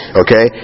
okay